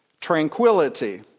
tranquility